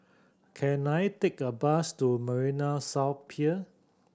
can I take a bus to Marina South Pier